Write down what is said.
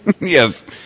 Yes